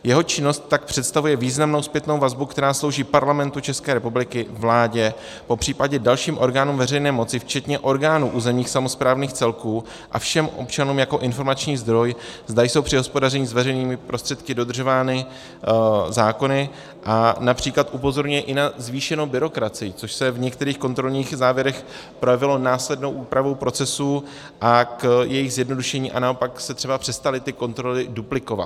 Jeho činnost tak představuje významnou zpětnou vazbu, která slouží Parlamentu České republiky, vládě, popř. dalším orgánům veřejné moci včetně orgánů územních samosprávných celků a všem občanům jako informační zdroj, zda jsou při hospodaření s veřejnými prostředky dodržovány zákony, a např. upozorňuje i na zvýšenou byrokracii, což se v některých kontrolních závěrech projevilo následnou úpravou procesů a jejich zjednodušením, a naopak se třeba přestaly kontroly duplikovat.